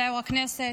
תודה, יושב-ראש הישיבה.